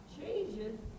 changes